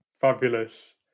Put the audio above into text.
Fabulous